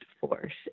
force